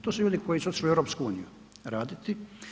To su ljudi koji su otišli u EU raditi.